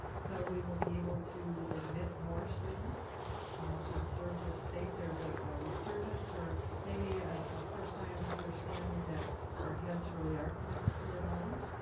so we will be able to admit more students and serve the state. there's a resurgence or maybe a first time understanding that our heads really are connected to our bodies.